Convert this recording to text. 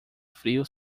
frio